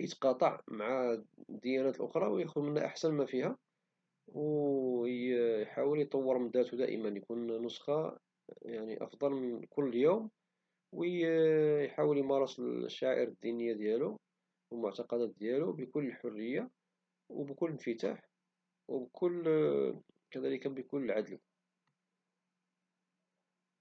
يتقاطع مع الديانات الأخرى وياخذ منها أحسن ما كاين فيها ويحاول يطور من ذاتو دايما ويكون نسخة أفضل من كل يوم ويحاول يمارس الشعائر الدينية ديالو والمعتقدات ديالو بكل حرية وبكل انفتاح وكذلك بكل عدل